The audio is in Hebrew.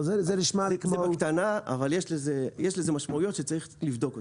זה בקטנה, אבל יש לזה משמעויות שצריך לבדוק אותן.